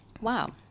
wow